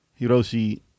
Hiroshi